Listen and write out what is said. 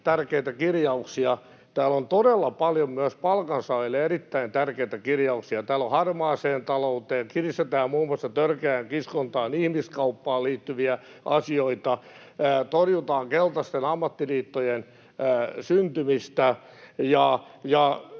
tärkeitä kirjauksia. Täällä on todella paljon myös palkansaajille erittäin tärkeitä kirjauksia. Täällä on kirjauksia harmaaseen talouteen. Kiristetään muun muassa törkeään kiskontaan ja ihmiskauppaan liittyviä asioita. Torjutaan keltaisten ammattiliittojen syntymistä